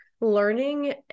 learning